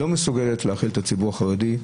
לא מסוגלת להכיל את הציבור החרדי,